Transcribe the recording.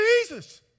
Jesus